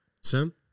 Sam